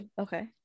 Okay